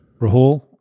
Rahul